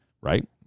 right